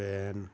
PAN